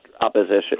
opposition